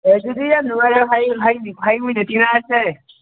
ꯍꯣꯏ ꯑꯗꯨꯗꯤ ꯌꯥꯝ ꯅꯨꯡꯉꯥꯏꯔꯦ ꯑꯣꯏꯅ ꯊꯦꯡꯅꯔꯁꯦ